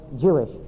Jewish